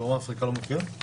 היא